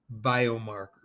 biomarkers